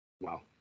Wow